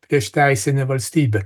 prieš teisinę valstybę